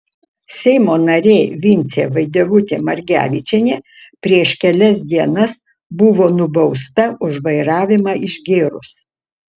seimo narė vincė vaidevutė margevičienė prieš kelias dienas buvo nubausta už vairavimą išgėrus